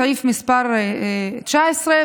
סעיף מס' 19,